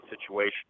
situation